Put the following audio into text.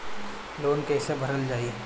Loan कैसे भरल जाइ?